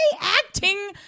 acting